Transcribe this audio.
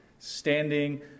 standing